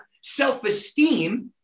Self-esteem